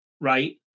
right